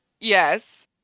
Yes